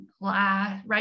right